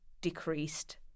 decreased